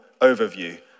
overview